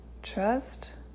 Trust